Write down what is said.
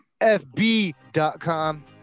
fb.com